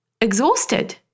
exhausted